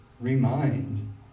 remind